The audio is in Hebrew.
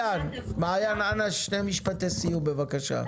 מעיין, שני משפטי סיום, בבקשה.